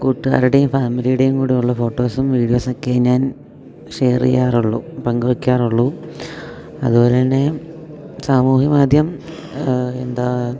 കൂട്ടുകാരുയും ഫാമിലിയുടെയും കൂടെയുള്ള ഫോട്ടോസും വീഡിയോസൊക്കെ ഞാൻ ഷെയറെയ്യാറുള്ളൂ പങ്കുവയ്ക്കാറുള്ളൂ അതു പോലെതന്നെ സാമൂഹിക മാധ്യമം എന്താ